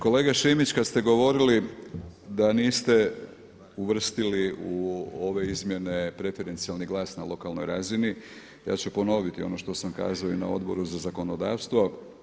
Kolega Šimić, kad ste govorili da niste uvrstili u ove izmjene preferencijalnih glas na lokalnoj razini, ja ću ponoviti ono što sam kazao i na Odboru za zakonodavstvo.